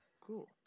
Cool